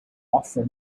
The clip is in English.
offer